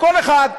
כל אחד,